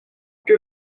que